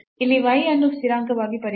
ಇಲ್ಲಿ y ಅನ್ನು ಸ್ಥಿರಾಂಕವಾಗಿ ಪರಿಗಣಿಸುವುದು